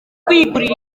kwigurira